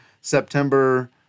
September